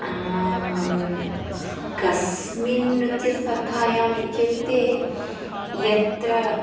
कस्मिन् नृत्यस्पर्धायाम् इत्युक्ते यत्र